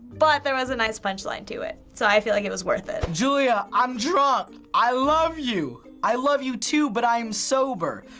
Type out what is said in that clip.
but there was a nice punchline to it, so i feel like it was worth it. julia, i'm drunk. i love you. i love you too, but i am sober.